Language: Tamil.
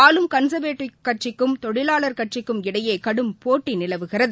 ஆளும் கன்சா்வேட்டிவ் கட்சிக்கும் தொழிலாளா் கட்சிக்கும் இடையேகடும் போட்டிநிலவுகிறது